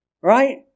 Right